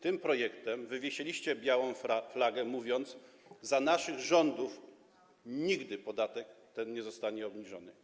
Tym projektem wywiesiliście białą flagę, mówiąc: za naszych rządów nigdy podatek ten nie zostanie obniżony.